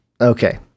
okay